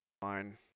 fine